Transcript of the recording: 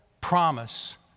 promise